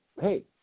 hey